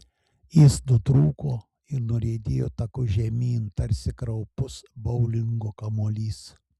jis nutrūko ir nuriedėjo taku žemyn tarsi kraupus boulingo kamuolys